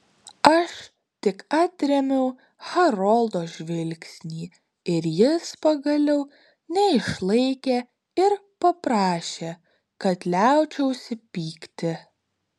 aš tik atrėmiau haroldo žvilgsnį ir jis pagaliau neišlaikė ir paprašė kad liaučiausi pykti